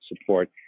support